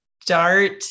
start